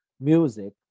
music